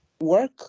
work